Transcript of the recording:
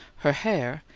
her hair,